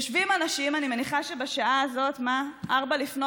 יושבים אנשים, אני מניחה שבשעה הזאת, 04:00,